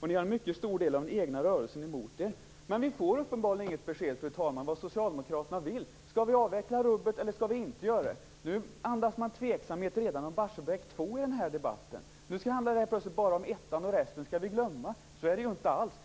och en mycket stor del av den egna rörelsen emot er. Fru talman! Vi får uppenbarligen inget besked om vad Socialdemokraterna vill. Skall vi avveckla rubbet, eller skall vi inte göra det? Nu andas man tveksamhet redan om Barsebäck 2 i den här debatten. Nu handlar det plötsligt bara om 1:an, och resten kan vi glömma. Så är det inte alls!